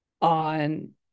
on